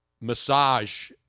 massage